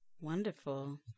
Wonderful